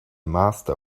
master